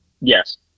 Yes